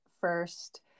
first